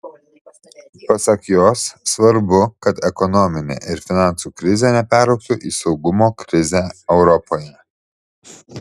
pasak jos svarbu kad ekonominė ir finansų krizė neperaugtų į saugumo krizę europoje